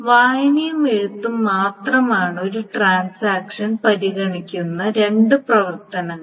വായനയും എഴുത്തും മാത്രമാണ് ഒരു ട്രാൻസാക്ഷൻ പരിഗണിക്കുന്ന രണ്ട് പ്രവർത്തനങ്ങൾ